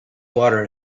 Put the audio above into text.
water